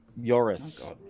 Yoris